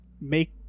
make